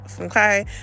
Okay